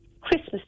Christmas